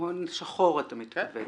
הון שחור אתה מתכוון.